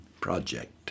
project